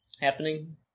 happening